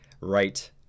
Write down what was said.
right